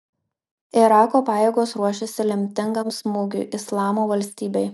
irako pajėgos ruošiasi lemtingam smūgiui islamo valstybei